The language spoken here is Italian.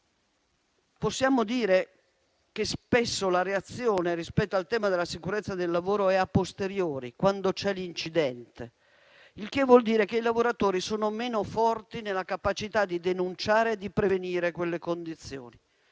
Possiamo dire che spesso la reazione rispetto al tema della sicurezza del lavoro è a posteriori, quando si verifica l'incidente, il che vuol dire che i lavoratori sono meno forti nella capacità di denunciare e prevenire quelle condizioni.